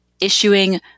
issuing